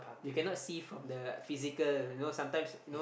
you cannot see from the physical you know sometimes you know